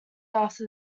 after